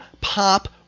pop